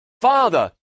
Father